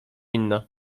inna